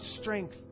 strength